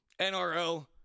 NRO